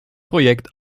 projekt